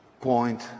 point